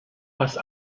fast